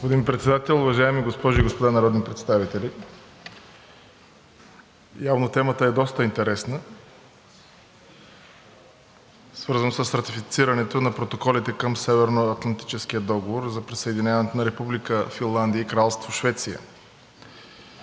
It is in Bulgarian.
Господин Председател, уважаеми госпожи и господа народни представители! Явно темата е доста интересна, свързана с ратифицирането на протоколите към Северноатлантическия договор за присъединяването на Република Финландия и Кралство Швеция.